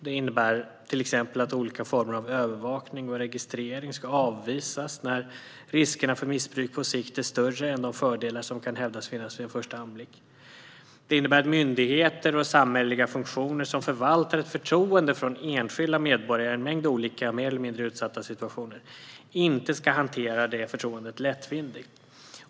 Det innebär till exempel att olika former av övervakning och registrering ska avvisas när riskerna för missbruk på sikt är större än de fördelar som kan hävdas finnas vid en första anblick. Det innebär att myndigheter och samhälleliga funktioner som förvaltar ett förtroende från enskilda medborgare i en mängd olika mer eller mindre utsatta situationer inte ska hantera detta förtroende lättvindigt.